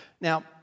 Now